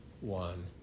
one